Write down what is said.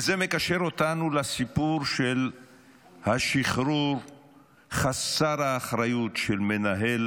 זה מקשר אותנו לסיפור של השחרור חסר אחריות של מנהל